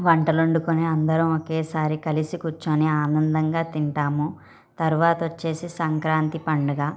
వంటలు వండుకొని అందరం ఒకసారి కలిసి కూర్చొని ఆనందంగా తింటాము తరువాత వచ్చేసి సంక్రాంతి పండుగా